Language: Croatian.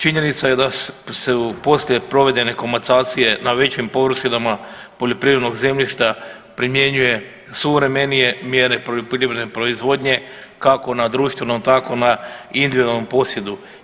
Činjenica je da su poslije provedene komasacije na većim površinama poljoprivrednog zemljišta primjenjuje suvremenije mjere poljoprivredne proizvodnje, kako na društvenom, tako na individualnom posjedu.